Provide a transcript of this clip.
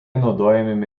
naudojami